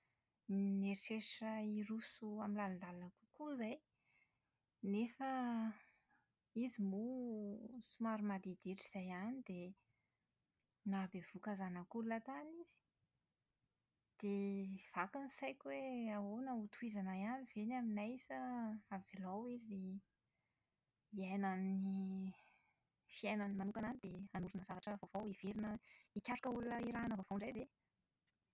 nieritreritra hiroso amin'ny lalindalina kokoa izahay. Nefa izy moa somary madiditra izay ihany dia nahabevohoka zanak'olona tany izy! Dia vaky ny saiko hoe ahoana hotohizana ihany ve ny anay sa avelao izy hiaina ny fiainany manokana any dia hanorina zavatra vaovao hiverina hikaroka olona iarahana vaovao indray ve?